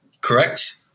correct